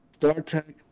StarTech